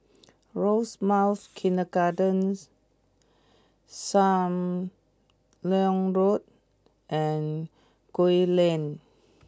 Rosemount Kindergarten Sam Leong Road and Gul Lane